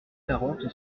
quarante